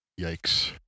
Yikes